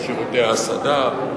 את שירותי ההסעדה,